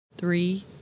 Three